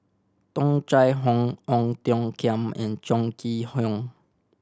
Tung Chye Hong Ong Tiong Khiam and Chong Kee Hiong